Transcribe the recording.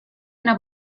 una